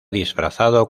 disfrazado